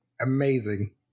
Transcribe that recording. Amazing